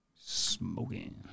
Smoking